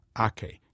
Ake